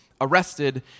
arrested